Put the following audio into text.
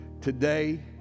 Today